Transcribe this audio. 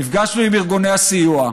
נפגשנו עם ארגוני הסיוע,